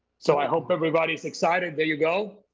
so. i hope everybody's excited there, you go.